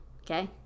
Okay